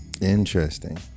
interesting